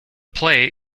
play